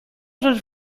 rzecz